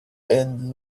and